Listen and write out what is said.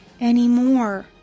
anymore